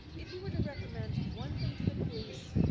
if you were to recommend one thing to the police,